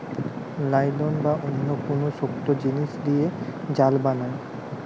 nylon বা অন্য কুনু শক্ত জিনিস দিয়ে জাল বানায়